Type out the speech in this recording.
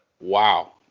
Wow